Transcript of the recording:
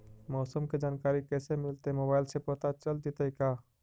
मौसम के जानकारी कैसे मिलतै मोबाईल से पता चल जितै का?